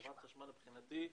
חברת חשמל הייתה,